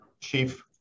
Chief